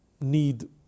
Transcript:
need